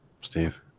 Steve